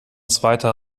zweiter